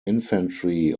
infantry